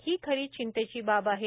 ही खरी चिंतेची बाब आहे